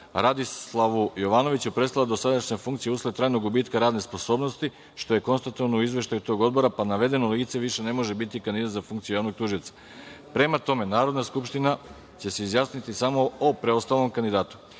Radislavu Jovanoviću, prestala dosadašnja funkcija usled trajnog gubitka radne sposobnosti, što je konstatovano u Izveštaju tog Odbora, pa navedeno lice više ne može biti kandidat za funkciju javnog tužioca. Prema tome, Narodna skupština će se izjasniti samo o preostalom kandidatu. Imajući